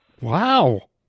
Wow